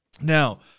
Now